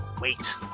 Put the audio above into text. wait